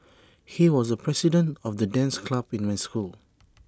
he was the president of the dance club in my school